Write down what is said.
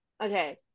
Okay